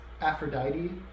Aphrodite